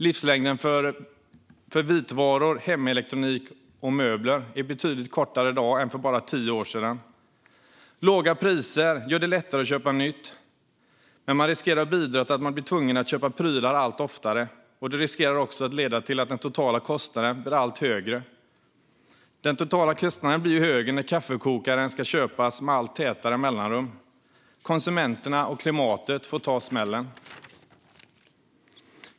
Livslängden för vitvaror, hemelektronik och möbler är betydligt kortare i dag än för bara tio år sedan. Låga priser gör det lättare att köpa nytt, men man riskerar att bidra till att vi blir tvungna att köpa prylar allt oftare. Det riskerar också att leda till att den totala kostnaden blir allt högre. Den totala kostnaden blir nämligen högre när kaffekokaren ska köpas med allt tätare mellanrum, och konsumenterna och klimatet får ta smällen.